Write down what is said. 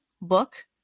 book